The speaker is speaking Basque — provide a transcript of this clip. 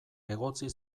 egotzi